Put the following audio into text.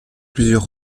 plusieurs